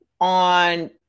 on